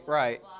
right